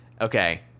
Okay